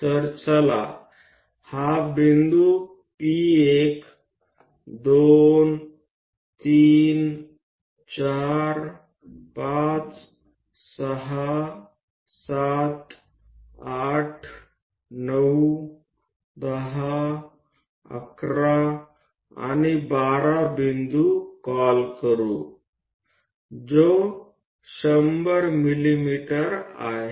तर चला हा बिंदू P1 2 3 4 5 6 7 8 9 10 11 आणि 12 बिंदु म्हणूया जो 100 मिमी आहे